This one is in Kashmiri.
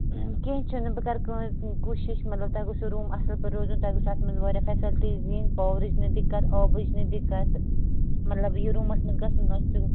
کیٚنٛہہ چھُنہٕ بہٕ کَرٕ کوٗشِش مطلب تۄہہِ گوٚژھو روٗم اَصٕل پٲٹھۍ روزُن تۄہہِ گوٚژھو اَتھ منٛز واریاہ فٮ۪سَلٹیٖز یِنۍ پاورٕچ نہٕ دِقعت آبٕچ نہٕ دِقعت مطلب یہِ روٗمَس منٛز گژھُن آسہِ تہِ